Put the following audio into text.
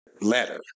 Letter